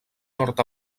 nord